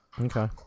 Okay